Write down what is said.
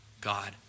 God